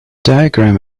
diagram